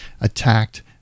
attacked